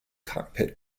cockpit